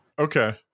okay